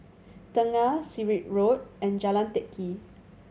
Tengah Sirat Road and Jalan Teck Kee